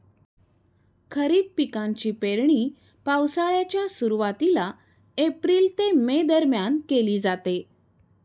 खरीप पिकांची पेरणी पावसाळ्याच्या सुरुवातीला एप्रिल ते मे दरम्यान केली जाते